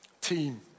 Team